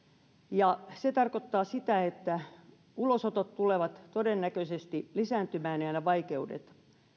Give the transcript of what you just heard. ja se tarkoittaa sitä että ulosotot tulevat todennäköisesti lisääntymään ja ne vaikeudet